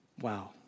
Wow